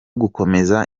gukomeza